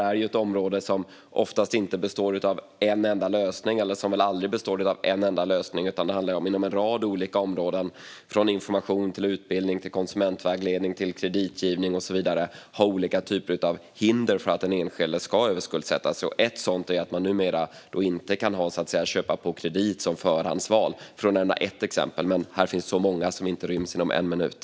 Men här finns sällan en enda lösning, utan det handlar om att inom en rad olika områden, såsom information, utbildning, konsumentvägledning och kreditgivning, sätta upp olika typer av hinder för att den enskilde inte ska överskuldsätta sig. För att nämna ett exempel kan man numera inte ha kreditköp som förhandsval. Här finns dock många fler, men de ryms inte på en minut.